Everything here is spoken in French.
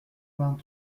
vingt